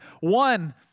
One